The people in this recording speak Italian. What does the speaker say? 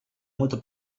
molto